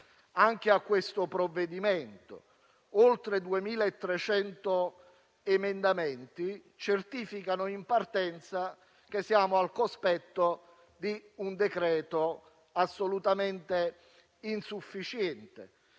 anche su questo provvedimento. Oltre 2.300 emendamenti certificano in partenza che siamo al cospetto di un decreto-legge assolutamente insufficiente.